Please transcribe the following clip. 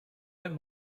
don’t